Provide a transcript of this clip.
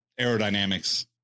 aerodynamics